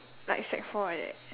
like sec four like that